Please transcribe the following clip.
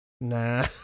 nah